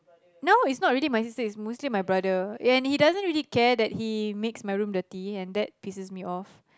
no it's not really my sister it's mostly my brother and he doesn't even care that he makes my room dirty and that pisses me off